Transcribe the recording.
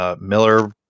Miller